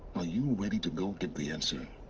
are you ready to go get the answer?